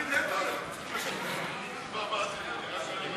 הורה מגדל יחיד),